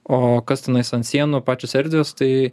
o kas tenais ant sienų pačios erdvės tai